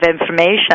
information